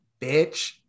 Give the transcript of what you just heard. bitch